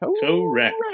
Correct